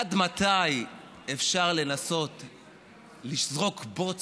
אדוני חבר הכנסת מאיר